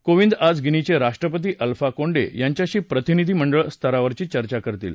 कोविंद आज गिनीचे राष्ट्रपति अल्फा कोंडे यांच्याशी प्रतिनिधिमंडळ स्तरावरची चर्चा करतील